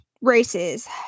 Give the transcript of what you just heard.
races